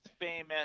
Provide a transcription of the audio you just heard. famous